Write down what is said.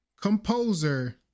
composer